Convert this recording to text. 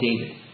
David